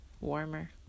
warmer